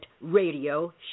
radio